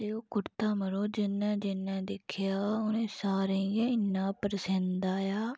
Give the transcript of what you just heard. ते ओह् कुरता मड़ो जिन्नै जिन्नै दिक्खेआ उ'नें सारें गी गै इन्ना परसिंद आया